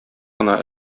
кына